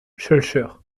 schœlcher